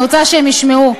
אני רוצה שהם ישמעו.